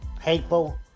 Hateful